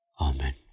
amen